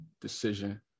decision